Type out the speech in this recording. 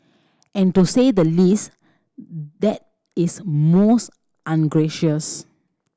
and to say the least that is most ungracious